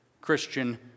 Christian